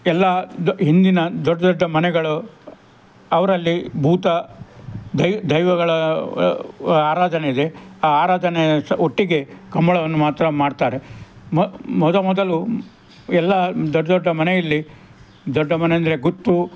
ಎಲ್ಲ ದೊ ಹಿಂದಿನ ದೊಡ್ಡ ದೊಡ್ಡ ಮನೆಗಳು ಅವರಲ್ಲಿ ಭೂತ ದೈವಗಳ ಆರಾಧನೆ ಇದೆ ಆ ಆರಾಧನೆ ಸಹ ಒಟ್ಟಿಗೆ ಕಂಬಳವನ್ನು ಮಾತ್ರ ಮಾಡ್ತಾರೆ ಮೊದ ಮೊದಲು ಎಲ್ಲ ದೊಡ್ಡ ದೊಡ್ಡ ಮನೆಯಲ್ಲಿ ದೊಡ್ಡ ಮನೆಯಂದರೆ ಗುತ್ತು